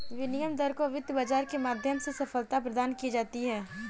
विनिमय दर को वित्त बाजार के माध्यम से सबलता प्रदान की जाती है